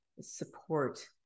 support